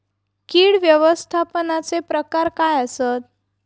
कीड व्यवस्थापनाचे प्रकार काय आसत?